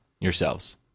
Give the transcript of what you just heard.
yourselves